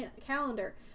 calendar